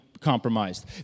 compromised